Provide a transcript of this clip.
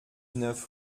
neuf